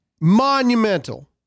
monumental